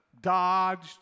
dodged